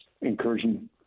incursion